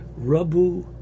Rabu